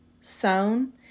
sewn